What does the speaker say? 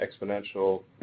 exponential